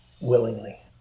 willingly